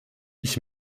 ich